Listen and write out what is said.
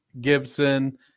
Gibson